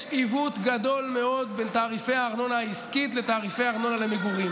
יש עיוות גדול מאוד בין תעריפי הארנונה העסקית לתעריפי הארנונה למגורים.